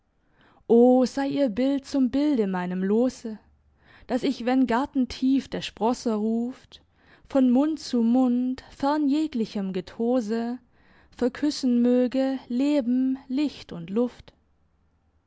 o sei ihr bild zum bilde meinem lose dass ich wenn gartentief der sprosser ruft von mund zu mund fern jeglichem getose verküssen möge leben licht und luft